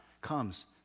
comes